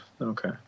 okay